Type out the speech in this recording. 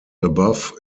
above